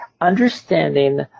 understanding